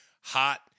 hot